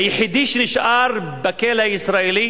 היחידי שנשאר בכלא הישראלי